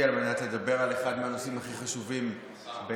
על מנת לדבר על אחד מהנושאים הכי חשובים בעיניי,